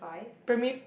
primary